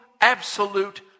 absolute